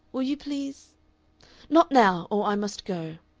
will you please not now, or i must go.